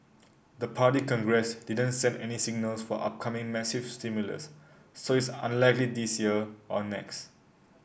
the Party Congress didn't send any signals for upcoming massive stimulus so it's unlikely this year or next